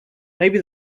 maybe